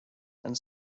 and